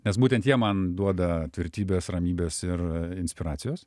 nes būtent jie man duoda tvirtybės ramybės ir inspiracijos